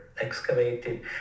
excavated